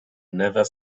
never